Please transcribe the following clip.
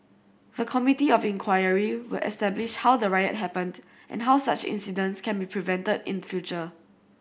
the Committee of Inquiry will establish how the riot happened and how such incidents can be prevented in future